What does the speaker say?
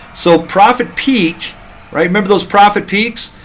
so profit peak remember those profit peaks?